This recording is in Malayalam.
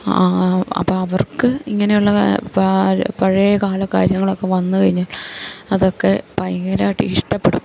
അപ്പം അവർക്ക് ഇങ്ങനെയുള്ള പ പഴയ കാല കാര്യങ്ങളൊക്കെ വന്ന് കഴിഞ്ഞാൽ അതൊക്കെ ഭയങ്കരമായിട്ട് ഇഷ്ടപ്പെടും